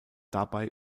dabei